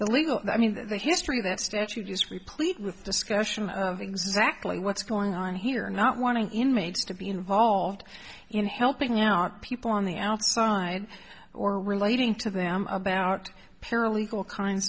the legal i mean the history of that statute is replete with discussion of exactly what's going on here not wanting inmates to be involved in helping out people on the outside or relating to them about paralegal kinds